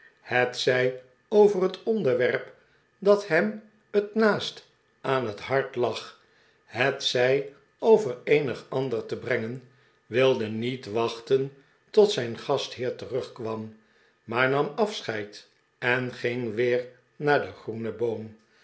hetzij over het onderwerp dat hem het naast aan het hart lag hetzij over eenig ander te brengen wilde niet wachten tot zijn gastheer terugkwam maar nam afscheid en ging weer naar de groene boom